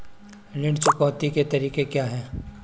ऋण चुकौती के तरीके क्या हैं?